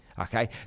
okay